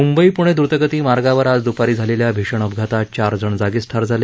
म्ंबई प्णे दृतगती मार्गावर आज द्पारी झालेल्या भीषण अपघातात चार जण जागीच ठार झाले